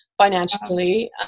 financially